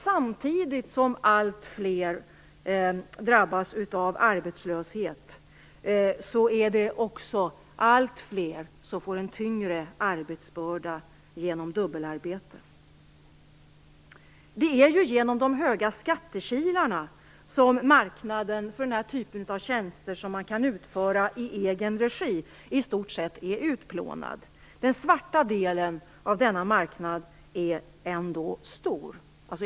Samtidigt som allt fler drabbas av arbetslöshet är det också allt fler som får en tyngre arbetsbörda genom dubbelarbete. Det är ju genom de höga skattekilarna som marknaden för den här typen av tjänster, som man kan utföra i egen regi, i stort sett är utplånad. Den svarta delen av denna marknad är stor.